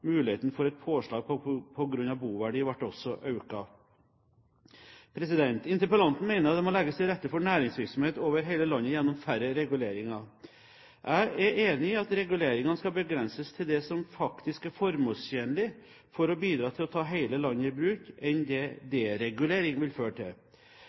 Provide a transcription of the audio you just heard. for et påslag på grunn av boverdi ble også økt. Interpellanten mener det må legges til rette for næringsvirksomhet over hele landet gjennom færre reguleringer. Jeg er enig i at reguleringene skal begrenses til det som faktisk er formålstjenlig, for i større grad å bidra til å ta hele landet i bruk enn det deregulering vil føre til.